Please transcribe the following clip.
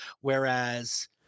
whereas